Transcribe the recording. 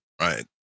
right